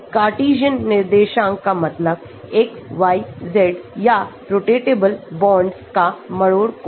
Cartesian निर्देशांक कामतलब x y z या रोटेटेबल बॉन्ड्स का मरोड़ कोण